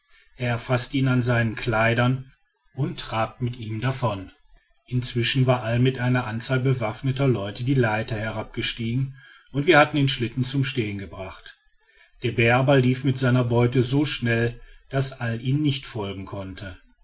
er erfaßt ihn an seinen kleidern und trabt mit ihm davon inzwischen war all mit einer anzahl bewaffneter leute die leiter herabgestiegen und wir hatten den schlitten zum stehen gebracht der bär aber lief mit seiner beute so schnell daß all ihm nicht folgen konnte